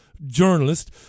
journalist